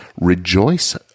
Rejoice